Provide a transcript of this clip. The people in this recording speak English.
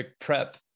prep